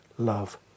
Love